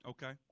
Okay